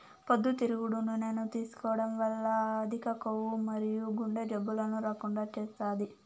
పొద్దుతిరుగుడు నూనెను తీసుకోవడం వల్ల అధిక కొవ్వు మరియు గుండె జబ్బులను రాకుండా చేస్తాది